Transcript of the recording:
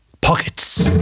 pockets